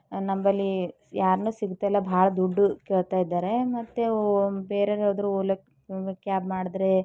ನಮ್ಮಲ್ಲಿ ಯಾರುನೂ ಸಿಗ್ತಲ್ಲ ಭಾಳ ದುಡ್ಡು ಕೇಳ್ತಾಯಿದ್ದಾರೆ ಮತ್ತೆ ಓ ಬೇರೆ ಆದರೂ ಓಲಾ ಕ್ಯಾಬ್ ಮಾಡಿದ್ರೆ